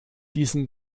diesen